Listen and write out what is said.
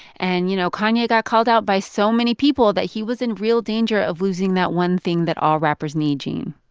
and, you know, kanye kanye got called out by so many people that he was in real danger of losing that one thing that all rappers need, gene.